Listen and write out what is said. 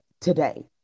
today